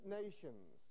nations